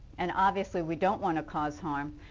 and obviously we don't want to cause harm.